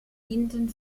dienten